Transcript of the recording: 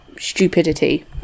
stupidity